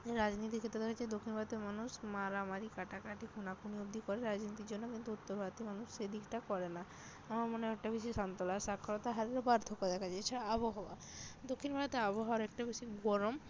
রাজনীতির ক্ষেত্রে হচ্ছে দক্ষিণ ভারতের মানুষ মারামারি কাটাকাটি খুনোখুনি অবধি করে রাজনীতির জন্য কিন্তু উত্তর ভারতের মানুষ সেদিকটা করে না আমার মনে হয় এদিকটা বেশি শান্ত প্লাস সাক্ষরতার হারেরও পার্থক্য দেখা যায় এছাড়া আবহাওয়া দক্ষিণ ভারতের আবহাওয়া একটু বেশি গরম